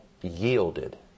yielded